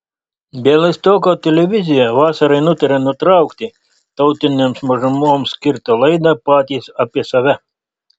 bialystoko televizija vasarai nutarė nutraukti tautinėms mažumoms skirtą laidą patys apie save